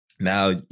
Now